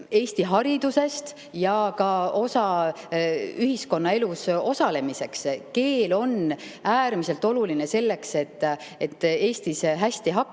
Eesti haridusest ja osaleda ühiskonnaelus. Keel on äärmiselt oluline selleks, et Eestis hästi hakkama